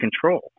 control